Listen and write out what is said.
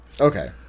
Okay